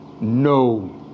no